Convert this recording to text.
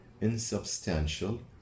insubstantial